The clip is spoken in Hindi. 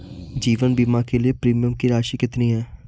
जीवन बीमा के लिए प्रीमियम की राशि कितनी है?